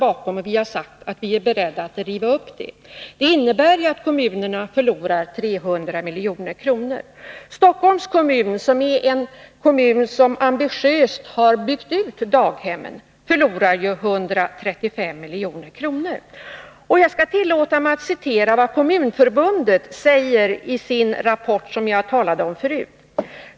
Vi har från den sagt att vi är beredda att riva upp systemet, som nu innebär att kommunerna förlorar 300 milj.kr. Stockholms kommun, som är en kommun som ambitiöst har byggt ut daghemmen, förlorar ju 135 milj.kr. Jag skall tillåta mig att citera vad Kommunförbundet skriver i den rapport som jag talade om förut.